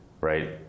right